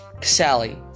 Sally